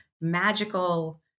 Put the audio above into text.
magical